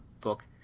book